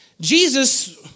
Jesus